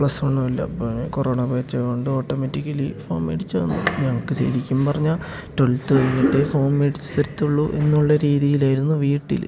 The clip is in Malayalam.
പ്ലസ് വണ്ണും എല്ലാം കൊറോണ ബാച്ച് ആയതുകൊണ്ട് ഓട്ടോമാറ്റിക്കലി ഫോൺ മേടിച്ചുതന്നു നമുക്ക് ശരിക്കും പറഞ്ഞാല് ട്വൽത്ത് കഴിഞ്ഞിട്ടെ ഫോണ് മേടിച്ചുതരികയുള്ളൂവെന്നുള്ള രീതിയിലായിരുന്നു വീട്ടില്